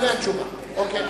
אם יש תשובה, כן.